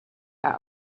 out